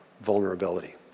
vulnerability